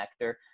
connector